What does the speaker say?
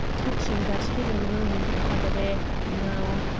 touching that hidden room in the cabaret, now.